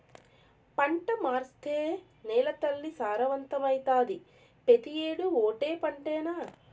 పంట మార్సేత్తే నేలతల్లి సారవంతమైతాది, పెతీ ఏడూ ఓటే పంటనా